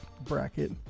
bracket